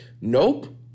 Nope